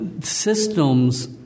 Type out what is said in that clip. systems